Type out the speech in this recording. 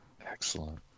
Excellent